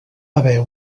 haver